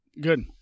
Good